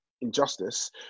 injustice